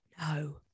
No